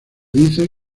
dice